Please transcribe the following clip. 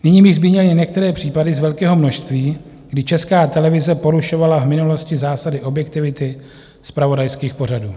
Nyní bych zmínil jen některé případy z velkého množství, kdy Česká televize porušovala v minulosti zásady objektivity zpravodajských pořadů.